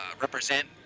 represent